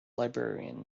librarian